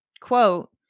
quote